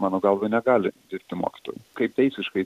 mano galva negali dirbti mokytoju kaip teisiškai